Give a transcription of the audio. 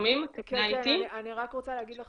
אני רוצה להגיד לך